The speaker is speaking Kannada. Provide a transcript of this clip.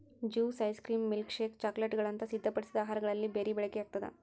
ಜ್ಯೂಸ್ ಐಸ್ ಕ್ರೀಮ್ ಮಿಲ್ಕ್ಶೇಕ್ ಚಾಕೊಲೇಟ್ಗುಳಂತ ಸಿದ್ಧಪಡಿಸಿದ ಆಹಾರಗಳಲ್ಲಿ ಬೆರಿ ಬಳಕೆಯಾಗ್ತದ